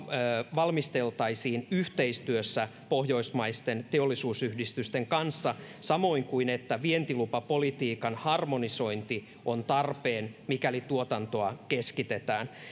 valmisteltaisiin yhteistyössä pohjoismaisten teollisuusyhdistysten kanssa samoin kuin että vientilupapolitiikan harmonisointi on tarpeen mikäli tuotantoa keskitetään